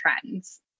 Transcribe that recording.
trends